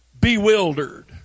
bewildered